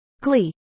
glee